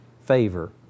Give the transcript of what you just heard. favor